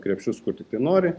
krepšius kur tiktai nori